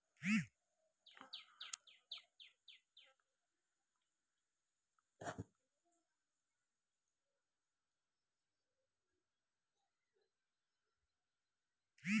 सबटा बोर्ड मेंबरके हटा बैंकसँ कोनो तरहक लेब देब किछ दिन मना भए जाइ छै